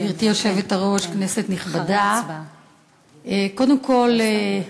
גברתי היושבת-ראש, כנסת נכבדה, קודם כול,